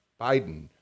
Biden